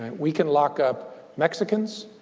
and we can lock up mexicans.